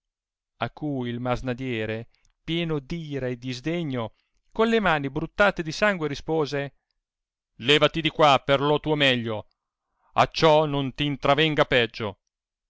a cui il masnadiere pieno d ira e di sdegno con le mani bruttate di sangue rispose levati di qua per lo tuo meglio acciò non ti intravenga peggio